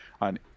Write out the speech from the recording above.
on